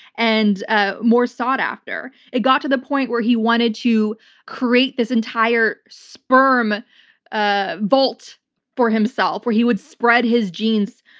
and ah more sought after. it got to the point where he wanted to create this entire sperm ah vault for himself, where he would spread his genes.